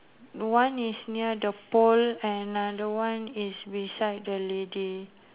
one is near the pole and another one is beside the lady